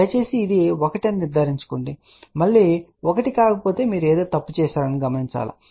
దయచేసి ఇది 1 అని నిర్ధారించుకోండి సరే అది మళ్ళీ 1 కాకపోతే మీరు ఏదో తప్పు చేసారు అని గమనించండి